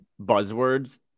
buzzwords